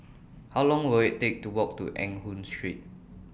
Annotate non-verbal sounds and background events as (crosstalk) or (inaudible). (noise) How Long Will IT Take to Walk to Eng Hoon Street